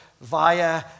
via